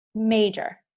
major